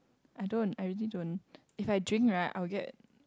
I don't I really don't if I drink right I will get